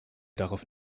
darauf